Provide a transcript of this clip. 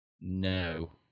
No